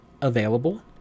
available